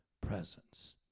presence